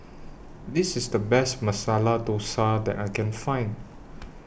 This IS The Best Masala Dosa that I Can Find